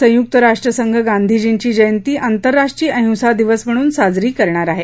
संयुक्त राष्ट्र संघ गांधीजींची जयंती आंतरराष्ट्रीय अहिंसा दिवस म्हणून साजरी करणार आहे